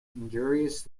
injurious